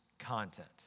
Content